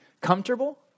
comfortable